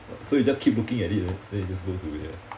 so you just keep looking at it eh then it just goes away